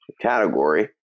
category